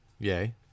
Yay